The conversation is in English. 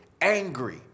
angry